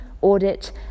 audit